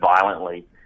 violently